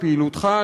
לפעילותך,